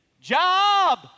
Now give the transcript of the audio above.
job